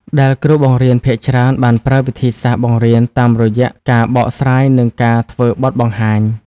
ដែលគ្រូបង្រៀនភាគច្រើនបានប្រើវិធីសាស្ត្របង្រៀនតាមរយៈការបកស្រាយនិងការធ្វើបទបង្ហាញ។